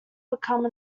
became